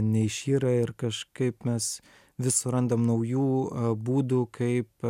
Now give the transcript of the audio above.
neišyra ir kažkaip mes vis surandam naujų būdų kaip